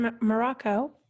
Morocco